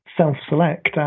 self-select